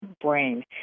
brain